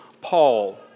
Paul